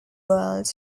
world